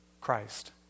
Christ